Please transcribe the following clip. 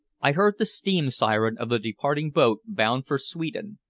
i heard the steam siren of the departing boat bound for sweden,